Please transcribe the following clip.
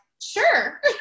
sure